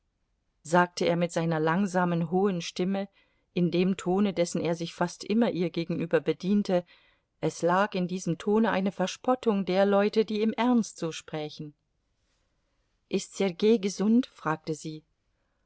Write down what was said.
sagte er mit seiner langsamen hohen stimme in dem tone dessen er sich fast immer ihr gegenüber bediente es lag in diesem tone eine verspottung der leute die im ernst so sprächen ist sergei gesund fragte sie